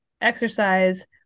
exercise